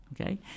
Okay